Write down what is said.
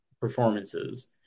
performances